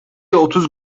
otuz